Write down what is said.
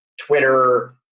Twitter